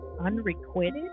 unrequited